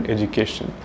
Education